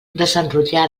desenrotllar